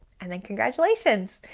and then congratulations,